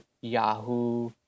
Yahoo